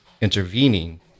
intervening